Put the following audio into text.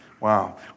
Wow